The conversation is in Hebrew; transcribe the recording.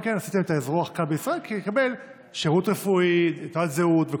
וכשקדוש ברוך הוא רצה, היא הצליחה לצאת מזה,